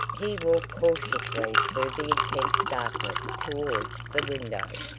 he walked cautiously through the intense darkness towards the window,